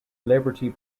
liberty